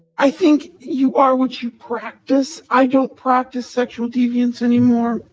i think you are what you practice. i don't practice sexual deviance anymore,